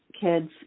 Kids